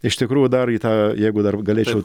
iš tikrųjų dar į tą jeigu dar galėčiau